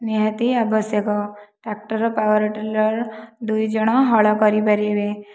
ନିହାତି ଆବଶ୍ୟକ tractor power tiller ଦୁଇ ଜଣ ହଳ କରିପାରିବେ